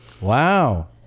Wow